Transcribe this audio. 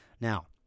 Now